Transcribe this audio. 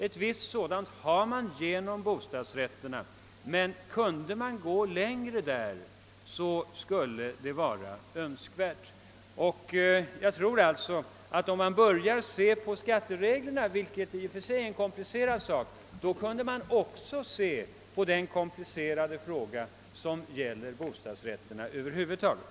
Ett visst sådant ägande finns i och med bostadsrätterna men det är önskvärt att gå längre. Om man ser över skattereglerna — vilket i och för sig är en komplicerad sak — tror jag att man också bör se över den komplicerade bostadsrättsfrågan över huvud taget.